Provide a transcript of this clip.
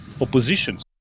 oppositions